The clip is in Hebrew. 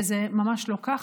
וזה ממש לא ככה.